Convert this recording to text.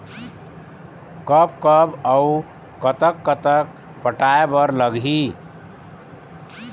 कब कब अऊ कतक कतक पटाए बर लगही